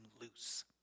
loose